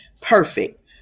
perfect